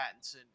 Pattinson